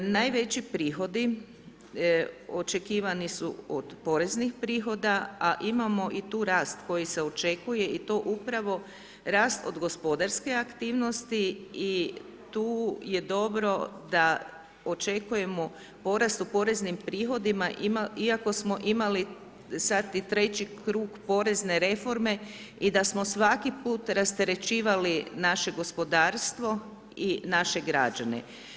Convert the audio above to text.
Najveći prihodi očekivani su od poreznih prihoda, a imamo i tu rast koji se očekuje i to upravo rast od gospodarske aktivnosti i tu je dobro da očekujemo porast u poreznim prihodima iako smo imali, sad i treći krug porezne reforme i da smo svaki put rasterećivali naše gospodarstvo i naše građane.